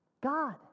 God